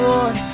Lord